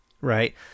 right